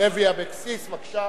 6954